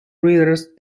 readers